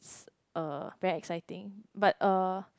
uh very exciting but uh